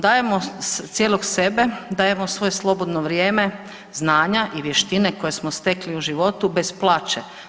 Dajemo cijelog sebe, dajemo svoje slobodno vrijeme, znanja i vještine koje smo stekli u životu bez plaće.